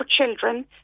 Children